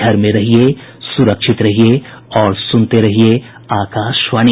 घर में रहिये सुरक्षित रहिये और सुनते रहिये आकाशवाणी